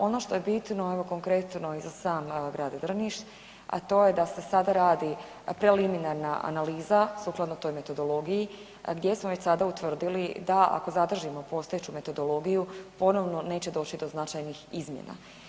Ono što je bitno evo, konkretno i za sam grad Drniš, a to je da se sada radi preliminarna analiza sukladno toj metodologiji gdje smo već sada utvrdili da, ako zadržimo postojeću metodologiju ponovno neće doći do značajnih izmjena.